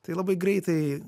tai labai greitai